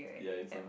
ya you told me